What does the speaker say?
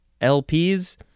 LPs